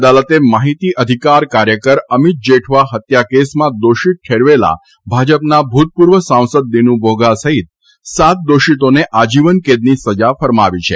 અદાલતે માહિતી અધિકાર કાર્યકર અમીત જેઠવા હત્યા કેસમાં દોષિત ઠેરવેલા ભાજપના ભૂતપૂર્વ સાંસદ દિનુ બોધા સહિત સાત દોષિતોને આજીવન કેદની સજા ફરમાવી છે